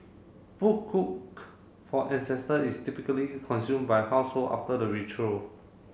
food cooked for ancestor is typically consume by household after the ritual